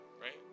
right